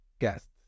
guest